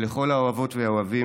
ולכל האוהבות והאוהבים,